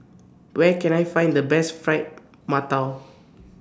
Where Can I Find The Best Fried mantou